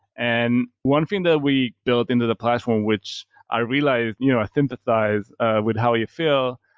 and one thing that we built into the platform, which i realized, you know i sympathize ah with how you feel,